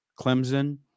Clemson